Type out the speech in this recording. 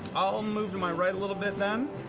i'll move to my right a little bit, then,